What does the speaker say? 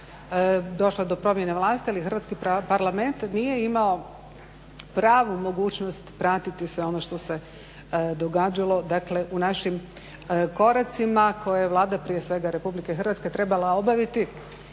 došlo je do promjene vlasti ali Hrvatski parlament nije imao pravu mogućnost pratiti sve ono što se događalo u našim koracima koje je Vlada Republike Hrvatske prije svega